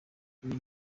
uyu